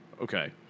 Okay